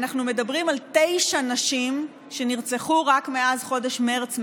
אנחנו מדברים על תשע נשים שנרצחו רק מאז חודש מרץ,